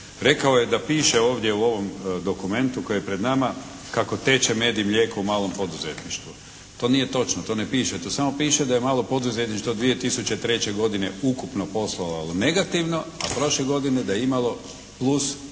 Rekao je da piše ovdje u ovom dokumentu koji je pred nama kako teče med i mlijeko u malom poduzetništvu. To nije točno. To ne piše. To samo piše da je malo poduzetništvo 2003. godine ukupno poslovalo negativno, a prošle godine da je imalo plus 300